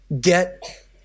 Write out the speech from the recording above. Get